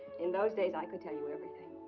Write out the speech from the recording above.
in those days i could tell you everything.